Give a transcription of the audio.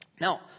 Now